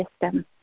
system